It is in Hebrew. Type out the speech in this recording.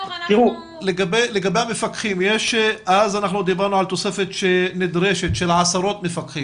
לגבי מפקחים אז דיברנו על תוספת שנדרשת של עשרות מפקחים